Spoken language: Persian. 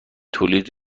تولید